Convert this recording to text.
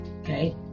Okay